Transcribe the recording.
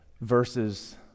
verses